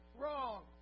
wrong